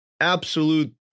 Absolute